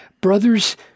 Brothers